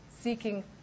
seeking